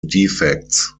defects